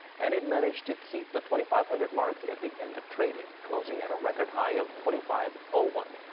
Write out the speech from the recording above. and it managed to keep the twenty five hundred mark at the end of trading, closing at a record high of twenty five oh one.